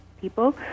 people